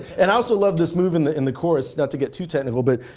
and i also love this move in the in the chorus, not to get too technical. but,